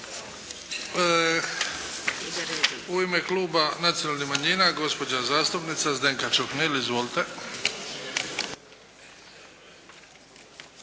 U ime kluba Nacionalnih manjina, gospođa zastupnica Zdenka Čuhnil. Izvolite.